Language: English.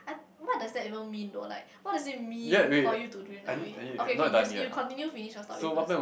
what what does that even mean though like what does it mean for you to dream that way okay okay you you continue finish your story first